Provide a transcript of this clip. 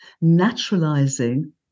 naturalizing